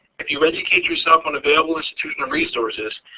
if you educate yourself on available institutional resources,